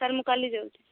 sir ମୁଁ କାଲି ଯାଉଛି